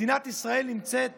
מדינת ישראל נמצאת